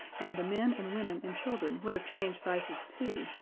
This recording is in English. and the men and women and children would have changed sizes too,